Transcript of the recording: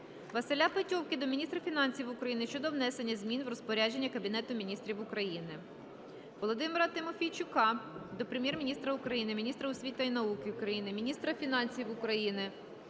Василя Петьовки до міністра фінансів України щодо внесення змін в розпорядження Кабінету Міністрів України. Володимира Тимофійчука до Прем'єр-міністра України, міністра освіти і науки України, міністра фінансів України